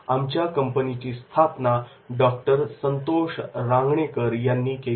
आमच्या कंपनीची स्थापना डॉ संतोष रांगणेकर यांनी केली